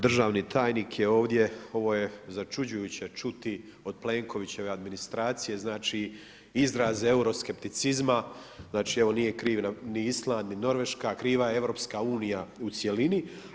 Državni tajnik je ovdje, ovo je začuđujuće čuti od Plenkoviće administracije, izraz euroskepticizma, znači evo nije kriv ni Island ni Norveška, kriva je EU u cjelini.